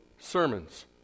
sermons